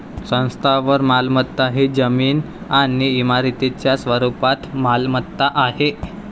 स्थावर मालमत्ता ही जमीन आणि इमारतींच्या स्वरूपात मालमत्ता आहे